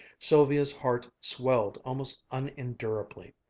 sylvia's heart swelled almost unendurably.